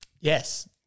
Yes